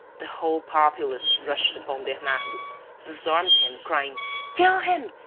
the whole populace rushed upon bernardo, disarmed him, crying kill him!